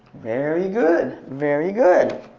very good, very good.